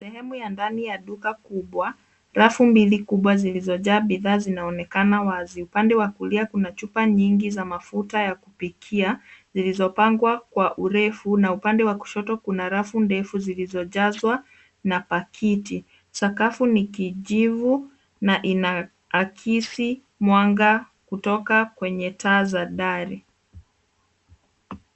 Sehemu ya ndani ya duka kubwa. Rafu mbili kubwa zilizojaa bidhaa zinaonekana wazi. Upande wa kulia kuna chupa nyingi za mafuta ya kupikia zilizopangwa kwa urefu na upande wa kushoto kuna rafu ndefu zilizojazwa na pakiti. Sakafu ni kijivu na inaakisi mwanga kutoka kwenye taa za dari.